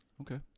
Okay